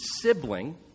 sibling